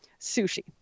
sushi